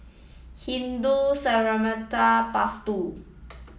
Hindu Cemetery Path Two